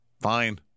Fine